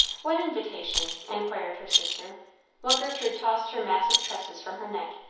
what invitation? inquired her sister while gertrude tossed her mass of tresses from her neck,